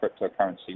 cryptocurrency